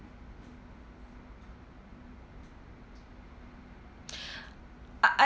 ah I